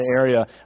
area